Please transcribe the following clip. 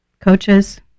coaches